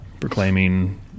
proclaiming